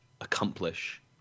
accomplish